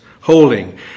Holding